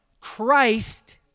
Christ